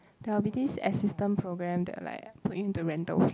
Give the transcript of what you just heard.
there will be this assistant program that like put in the rental flat